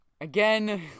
Again